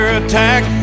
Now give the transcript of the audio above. attack